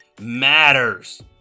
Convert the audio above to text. matters